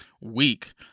week